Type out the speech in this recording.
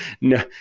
no